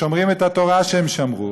שומרים את התורה שהם שמרו,